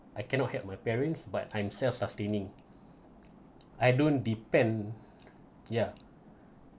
I cannot help my parents but I'm self sustaining I don't depend ya